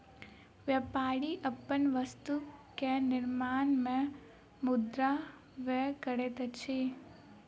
व्यापारी अपन वस्तु के निर्माण में मुद्रा व्यय करैत अछि